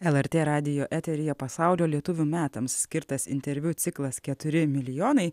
lrt radijo eteryje pasaulio lietuvių metams skirtas interviu ciklas keturi milijonai